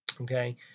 Okay